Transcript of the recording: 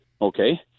okay